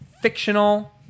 fictional